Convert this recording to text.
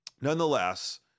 nonetheless